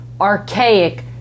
archaic